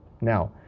now